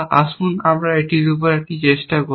আসুন এটির উপর এটি চেষ্টা করুন